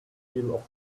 deal